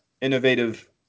innovative